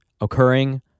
occurring